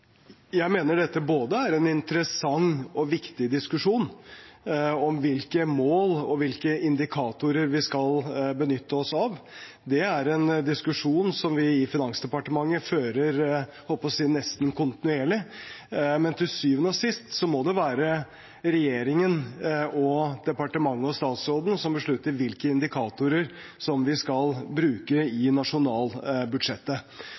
både interessant og viktig diskusjon om hvilke mål og hvilke indikatorer vi skal benytte oss av. Det er en diskusjon som vi i Finansdepartementet fører – jeg holdt på å si – nesten kontinuerlig. Men til syvende og sist må det være regjeringen og departementet og statsråden som beslutter hvilke indikatorer vi skal bruke